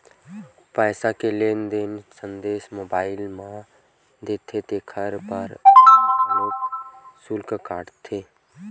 पईसा के लेन देन के संदेस ल मोबईल म देथे तेखर बर घलोक सुल्क काटथे